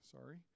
sorry